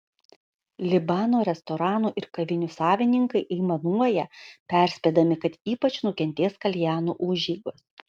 libano restoranų ir kavinių savininkai aimanuoja perspėdami kad ypač nukentės kaljanų užeigos